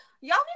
y'all